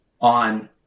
on